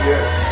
Yes